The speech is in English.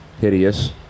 hideous